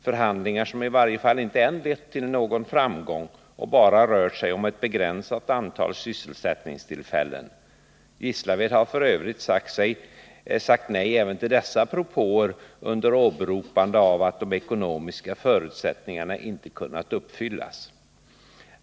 Förhandlingarna hari varje fall inte ännu lett till någon framgång, och det har bara rört sig om ett begränsat antal sysselsättningstillfällen. Gislaved har f. ö. sagt nej även till dessa propåer under åberopande av att de ekonomiska förutsättningarna inte kunnat uppfyllas.